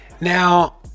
Now